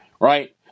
Right